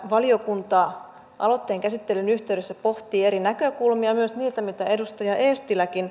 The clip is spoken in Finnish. valiokunta aloitteen käsittelyn yhteydessä pohtii eri näkökulmia myös niitä mitä edustaja eestilä